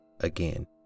again